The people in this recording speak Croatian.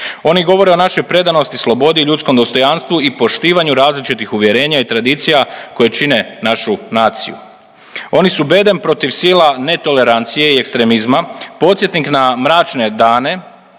Oni govore o našoj predanosti slobodi i ljudskom dostojanstvu i poštivanju različitih uvjerenja i tradicija koje čine našu naciju. Oni su bedem protiv sila netolerancije i ekstremizma, podsjetnik na mračne dane